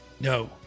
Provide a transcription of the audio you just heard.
No